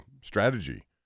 strategy